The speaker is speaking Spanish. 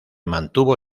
mantuvo